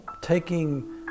taking